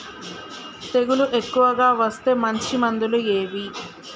తెగులు ఎక్కువగా వస్తే మంచి మందులు ఏవి?